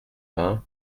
vingt